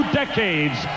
decades